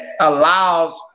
allows